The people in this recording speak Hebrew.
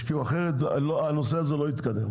אחרת זה לא יתקדם.